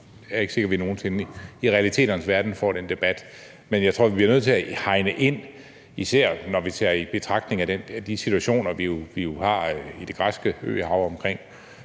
det er ikke sikkert, at vi nogen sinde i realiteternes verden får den debat. Men jeg tror, vi bliver nødt til at hegne det ind, især når vi tager i betragtning de situationer, vi har i det græske øhav, med